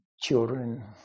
children